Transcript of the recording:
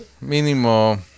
mínimo